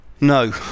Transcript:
no